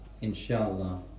Inshallah